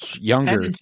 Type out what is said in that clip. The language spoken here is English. younger